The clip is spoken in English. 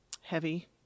heavy